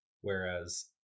Whereas